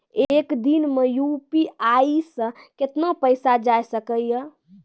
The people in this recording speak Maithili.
एक दिन मे यु.पी.आई से कितना पैसा जाय सके या?